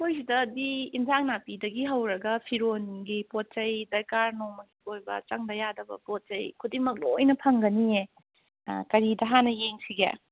ꯑꯩꯈꯣꯏ ꯁꯤꯗꯗꯤ ꯑꯦꯟꯁꯥꯡ ꯅꯥꯄꯤꯗꯒꯤ ꯍꯧꯔꯒ ꯐꯤꯔꯣꯟꯒꯤ ꯄꯣꯠ ꯆꯩ ꯗꯔꯀꯥꯔ ꯅꯨꯡ ꯑꯣꯏꯕ ꯆꯪꯗ ꯌꯥꯗꯕ ꯄꯣꯠ ꯆꯩ ꯈꯨꯗꯤꯡꯃꯛ ꯂꯣꯏꯅ ꯐꯪꯒꯅꯤꯌꯦ ꯑꯥ ꯀꯔꯤꯗ ꯍꯥꯟꯅ ꯌꯦꯡꯁꯤꯒꯦ